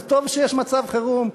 אז טוב שיש מצב חירום,